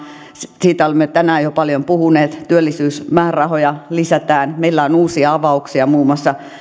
siitä olemme tänään jo paljon puhuneet työllisyysmäärärahoja lisätään meillä on uusia avauksia muun muassa